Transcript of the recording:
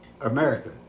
America